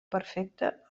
perfecta